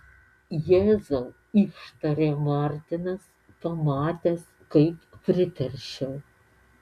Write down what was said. jėzau ištarė martinas pamatęs kaip priteršiau